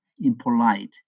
impolite